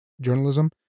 journalism